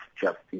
justice